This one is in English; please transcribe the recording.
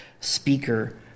speaker